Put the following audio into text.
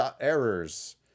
errors